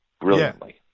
brilliantly